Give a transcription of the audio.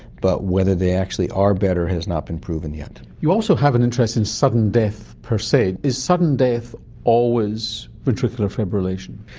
but whether they actually are better has not been proven yet. you also have an interest in sudden death per se. is a sudden death always ventricular fibrillation?